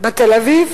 בתל-אביב,